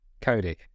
Cody